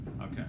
okay